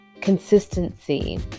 consistency